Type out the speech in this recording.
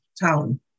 town